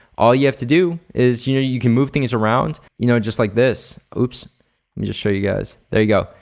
all you have to do is you know you can move things around you know just like this. oops. let me just show you guys. there you go.